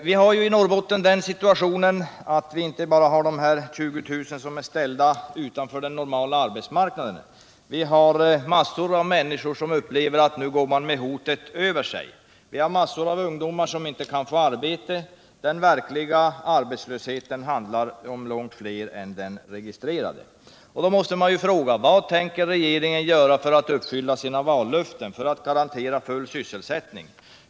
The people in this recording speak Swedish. Vi har i Norrbotten den situationen att det inte bara rör sig om att 20 000 människor är ställda utanför den normala arbetsmarknaden. Massor av människor upplever att de har ett hot om permittering hängande över sig. Massor av ungdomar kan inte få ett arbete. Den verkliga arbetslösheten handlar om långt fler människor än dem som är registrerade. Mot den bakgrunden måste man fråga: Vad tänker nu regeringen göra för att uppfylla sina vallöften och garantera full sysselsättning?